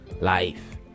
life